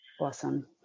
Awesome